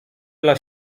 dla